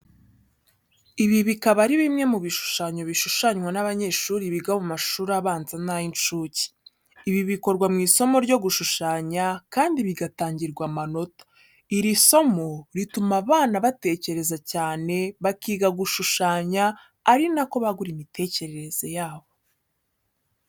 Ibi bikaba ari bimwe mu bishushanyo bishushanywa n'abanyeshuri biga mu mashuri abanza n'ay'incuke. Ibi bikorwa mu isomo ryo gushushanya kandi bigatangirwa amanota. Iri somo rituma abana batekereza cyane, bakiga gishushanya ari na ko bagura imitekerereze yabo.